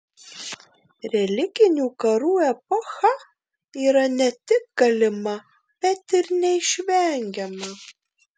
religinių karų epocha yra ne tik galima bet ir neišvengiama